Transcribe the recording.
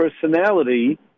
personality